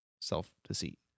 self-deceit